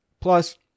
plus